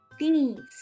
thingies